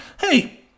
hey